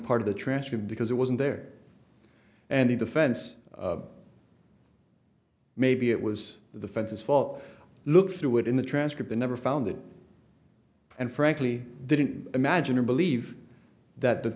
part of the transcript because it wasn't there and the defense maybe it was the fences fault look through it in the transcript i never found it and frankly didn't imagine or believe that the